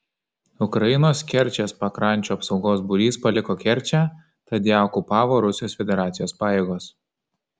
ukrainos kerčės pakrančių apsaugos būrys paliko kerčę tad ją okupavo rusijos federacijos pajėgos